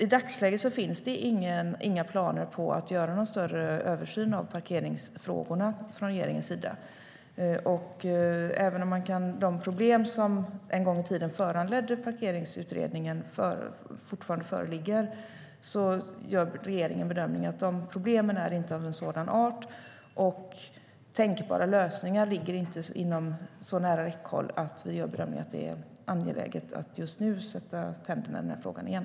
I dagsläget finns det från regeringens sida inga planer på att göra någon större översyn av parkeringsfrågorna. Även om de problem som en gång i tiden föranledde Parkeringsutredningen fortfarande föreligger gör regeringen bedömningen att problemen inte är av sådan art att tänkbara lösningar inte ligger inom så nära räckhåll att vi anser att det är angeläget att just nu sätta tänderna i den här frågan igen.